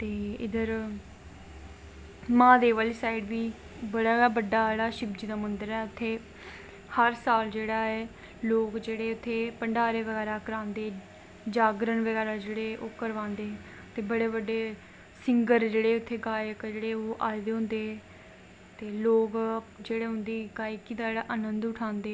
बनारस बनारस ते होई गेआ बनारस दे बाद अस गे हे उडीसा जगननाग भूरी जी कृष्ण जी भगवान बलराम सुभद्रा उंदी भैन जी दा मन्दर ऐ ते ओह् आखदे न कि आखदे न कि बारां साल बाद नील दी लकड़ी नै उंदियां मूर्तियां बनदियां ते हर बारां साल बाद ओह् बदलदे न मूर्तियें गी